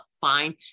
fine